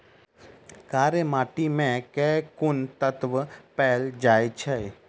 कार्य माटि मे केँ कुन तत्व पैल जाय छै?